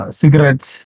cigarettes